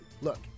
Look